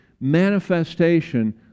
manifestation